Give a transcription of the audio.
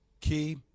Key